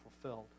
fulfilled